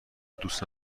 دوست